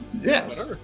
Yes